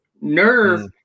nerve